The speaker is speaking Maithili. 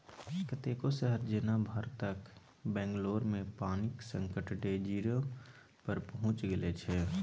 कतेको शहर जेना भारतक बंगलौरमे पानिक संकट डे जीरो पर पहुँचि गेल छै